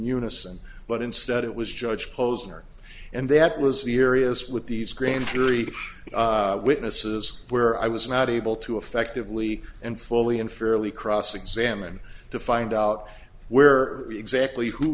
unison but instead it was judge posner and that was the areas with these grand jury witnesses where i was not able to effectively and fully and fairly cross examine to find out where exactly who